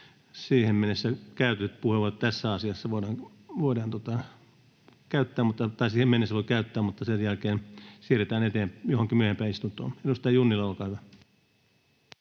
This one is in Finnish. Siihen mennessä käytettävät puheenvuorot tässä asiassa voidaan käyttää, mutta sen jälkeen siirrytään johonkin myöhempään istuntoon. — Edustaja Junnila, olkaa hyvä.